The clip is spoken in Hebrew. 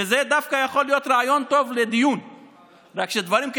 שתוסיף עוד ביורוקרטיה ותסרבל את עבודת הממשלה.